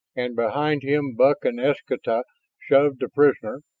and behind him buck and eskelta shoved the prisoner,